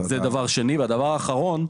דבר אחרון,